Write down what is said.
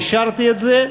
אישרתי את זה,